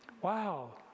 Wow